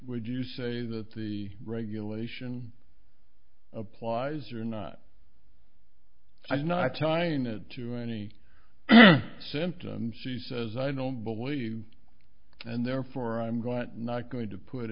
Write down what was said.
would you say that the regulation applies or not i'm not tying it to any symptoms she says i don't believe and therefore i'm going to not going to put